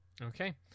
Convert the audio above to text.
Okay